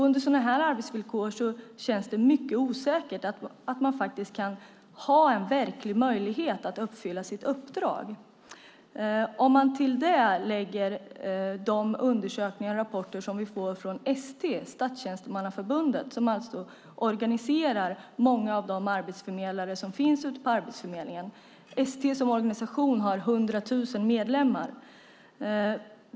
Under sådana här arbetsvillkor känns det mycket osäkert att man kan ha en verklig möjlighet att uppfylla sitt uppdrag. Till det kan man lägga de undersökningar och rapporter som vi får från ST, Statstjänstemannaförbundet, som organiserar många av de arbetsförmedlare som finns ute på Arbetsförmedlingen. ST som organisation har 100 000 medlemmar.